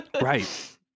Right